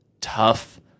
tough